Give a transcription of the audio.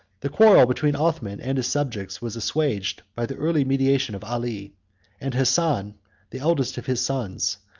the quarrel between othman and his subjects was assuaged by the early mediation of ali and hassan, the eldest of his sons,